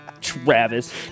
travis